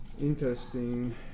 interesting